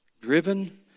driven